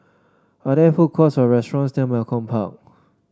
are there food courts or restaurants tear Malcolm Park